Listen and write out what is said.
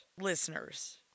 listeners